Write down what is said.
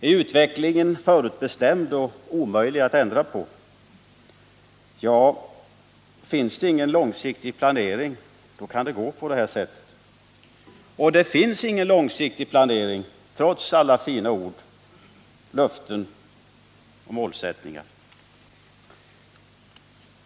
Är utvecklingen förutbestämd och omöjlig att ändra på? Ja. finns det ingen långsiktig planering kan det gå på detta sätt. Och det finns ingen långsiktig planering, trots alla fina ord. löften och målsättningar.